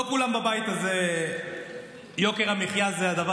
לא לכולם בבית הזה יוקר המחיה הוא הדבר